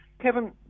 Kevin